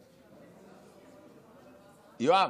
יואב,